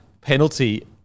penalty